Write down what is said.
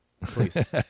please